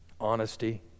honesty